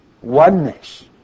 oneness